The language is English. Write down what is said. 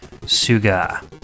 suga